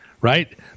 right